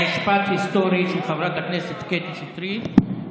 משפט היסטורי של חברת הכנסת קטי שטרית.